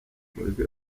mureke